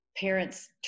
parents